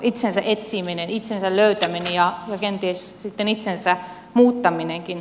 itsensä etsiminen itsensä löytäminen ja kenties sitten itsensä muuttaminenkin